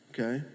Okay